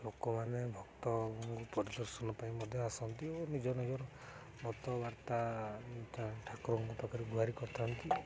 ଲୋକମାନେ ଭକ୍ତ ପରିଦର୍ଶନ ପାଇଁ ମଧ୍ୟ ଆସନ୍ତି ଓ ନିଜ ନିଜର ମତବାର୍ତ୍ତା ଠାକୁରଙ୍କ ପାଖରେ ଗୁହାରି କରିଥାନ୍ତି